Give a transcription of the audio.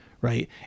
right